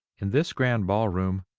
in this grand ball room,